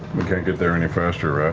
we can't get there any faster, right?